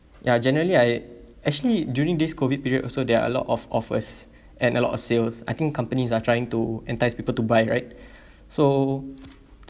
ya generally I actually during this COVID period also there are a lot of offers and a lot of sales I think companies are trying to entice people to buy right so